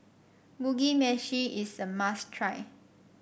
Mugi Meshi is a must try